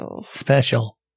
Special